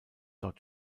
dort